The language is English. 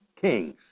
kings